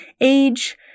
age